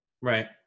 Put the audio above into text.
right